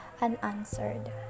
unanswered